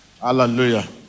Hallelujah